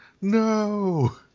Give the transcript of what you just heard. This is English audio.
No